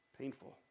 painful